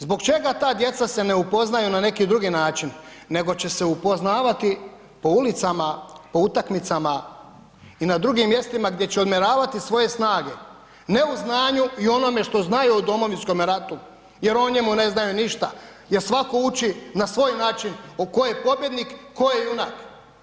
Zbog čega ta djeca se ne upoznaju na neke drugi način nego će se upoznavati po ulicama, po utakmicama i na drugim mjestima gdje će odmjeravati svoje snage ne u znanju i onome što znaju od Domovinskome ratu jer o njemu ne znaju ništa jer svatko uči na svoj način tko je pobjednik, tko je junak.